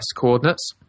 coordinates